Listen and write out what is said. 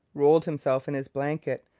rolled himself in his blanket,